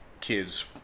kids